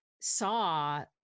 saw